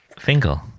Fingal